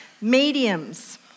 Mediums